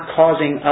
causing